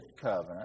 covenant